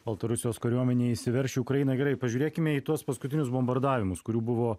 baltarusijos kariuomenė įsiverš į ukrainą gerai pažiūrėkime į tuos paskutinius bombardavimus kurių buvo